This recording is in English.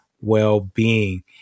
well-being